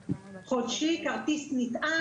חודשי, כרטיס נטען.